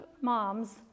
moms